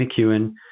McEwen